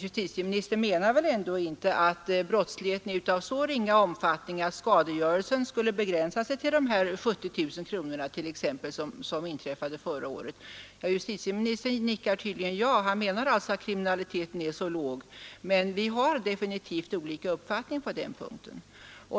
Justitieministern menar väl ändå inte att brottsligheten är av så ringa omfattning att skadegörelsen skulle begränsa sig till de 70 000 kronor som utbetalades i ersättning förra året? Justitieministern nickar ja och menar tydligen att kriminaliteten är så obetydlig, men vi har definitivt olika uppfattning på den punkten.